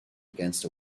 against